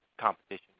competition